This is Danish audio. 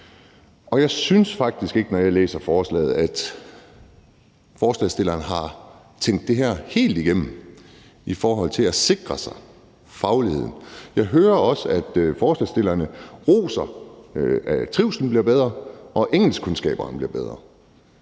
Og jeg synes faktisk ikke, når jeg læser forslaget, at forslagsstilleren har tænkt det her helt igennem i forhold til at sikre sig fagligheden. Jeg hører også, at forslagsstillerne roser, at trivslen bliver bedre og engelskkundskaberne bliver bedre.